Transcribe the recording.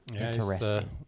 Interesting